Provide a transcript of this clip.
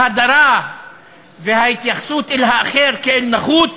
ההדרה וההתייחסות אל האחר כאל נחות